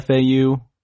FAU